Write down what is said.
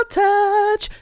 touch